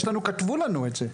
כתבו לנו את זה.